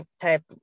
type